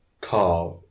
car